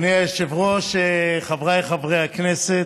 אדוני היושב-ראש, חבריי חברי הכנסת,